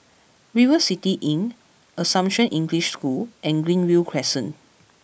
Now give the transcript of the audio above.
River City Inn Assumption English School and Greenview Crescent